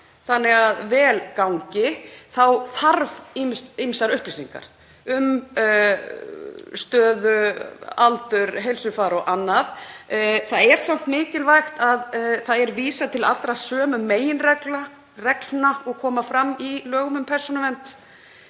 þannig að vel gangi þarf ýmsar upplýsingar um stöðu, aldur, heilsufar og annað. Það er samt mikilvægt að vísað er til allra sömu meginreglna og koma fram í lögum um persónuvernd.